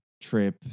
trip